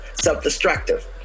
self-destructive